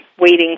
waiting